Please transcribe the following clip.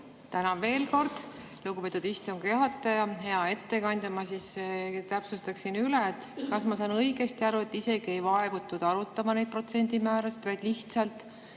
Tänan veel kord, lugupeetud istungi juhataja! Hea ettekandja! Ma siis täpsustaksin üle. Kas ma saan õigesti aru, et isegi ei vaevutud arutama neid protsendimäärasid, vaid lihtsalt